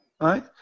right